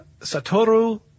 Satoru